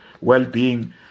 well-being